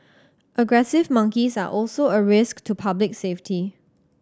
aggressive monkeys are also a risk to public safety